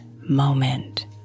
moment